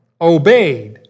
obeyed